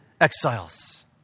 exiles